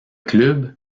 club